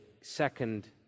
second